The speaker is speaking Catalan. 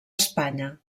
espanya